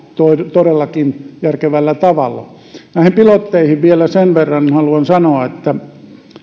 todellakin järkevällä tavalla näihin pilotteihin vielä sen verran haluan sanoa että